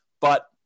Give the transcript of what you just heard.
But-